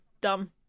Dumb